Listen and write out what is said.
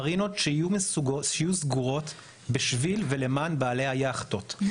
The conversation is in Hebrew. מרינות שיהיו סגורות בשביל ולמען בעלי היאכטות,